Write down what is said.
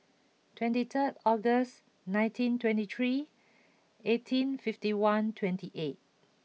twenty third August nineteen twenty three eighteen fifty one twenty eight